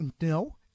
No